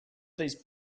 these